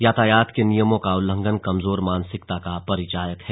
यातायात के नियमों का उल्लंघन कमजोर मानसिकता का परिचायक है